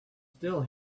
still